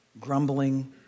grumbling